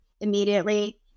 Immediately